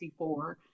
1964